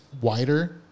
wider